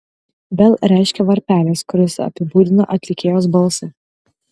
bell reiškia varpelis kuris apibūdina atlikėjos balsą